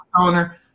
owner